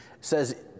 says